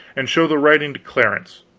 and show the writing to clarence,